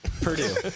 Purdue